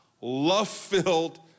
love-filled